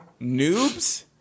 noobs